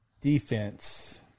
Defense